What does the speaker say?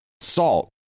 Salt